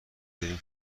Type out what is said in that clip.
بریم